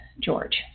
George